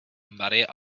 marie